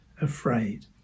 afraid